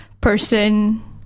person